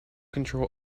control